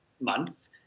month